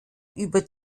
über